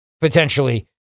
potentially